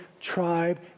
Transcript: tribe